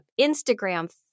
Instagram